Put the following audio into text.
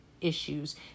issues